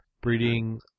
Breeding